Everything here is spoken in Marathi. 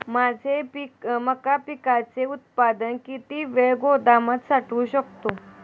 माझे मका पिकाचे उत्पादन किती वेळ गोदामात साठवू शकतो?